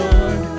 Lord